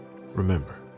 remember